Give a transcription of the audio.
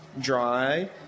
dry